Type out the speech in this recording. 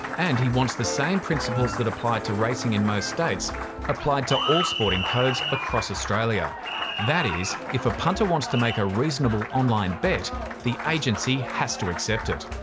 and he wants the same principles that apply to racing in most states applied to all sporting codes across australia that is if a punter wants to make a reasonable online bet the agency has to accept it.